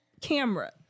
camera